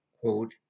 quote